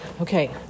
Okay